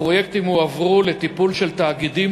הפרויקטים הועברו לטיפול של תאגידים